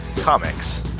Comics